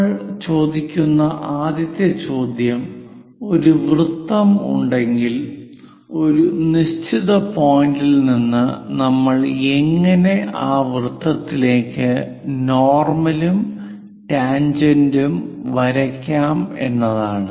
നമ്മൾ ചോദിക്കുന്ന ആദ്യത്തെ ചോദ്യം ഒരു വൃത്തം ഉണ്ടെങ്കിൽ ഒരു നിശ്ചിത പോയിന്റിൽ നിന്ന് നമ്മൾ എങ്ങനെ ആ വൃത്തത്തിലേക്കു നോർമൽ ഉം ടാൻജെന്റും എങ്ങനെ വരയ്ക്കാമെന്നതാണ്